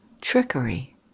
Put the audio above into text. trickery